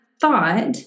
thought